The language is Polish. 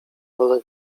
wolę